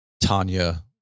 Tanya